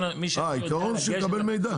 העיקרון שהוא יקבל מידע.